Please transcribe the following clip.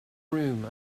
room